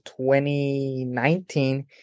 2019